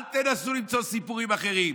אל תנסו למצוא סיפורים אחרים.